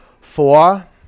Four